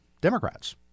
Democrats